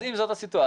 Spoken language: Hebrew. אז אם זאת הסיטואציה,